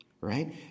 right